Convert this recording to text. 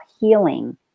healing